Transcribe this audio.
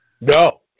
No